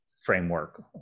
Framework